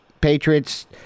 Patriots